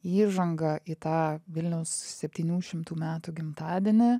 įžanga į tą vilniaus septynių šimtų metų gimtadienį